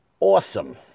awesome